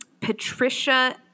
Patricia